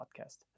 podcast